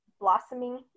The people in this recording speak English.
blossoming